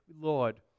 Lord